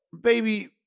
baby